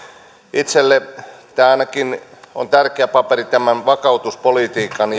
itselle tämä ainakin on tärkeä paperi tämän vakautuspolitiikan